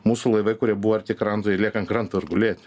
mūsų laivai kurie buvo arti kranto jie lieka an kranto ir gulėti